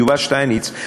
יובל שטייניץ,